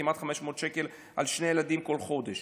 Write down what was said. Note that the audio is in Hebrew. כמעט 500 שקל על שני ילדים כל חודש.